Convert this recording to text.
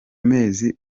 mezi